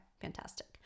Fantastic